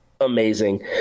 amazing